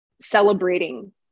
celebrating